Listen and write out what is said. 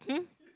hmm